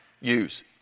use